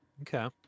Okay